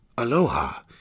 Aloha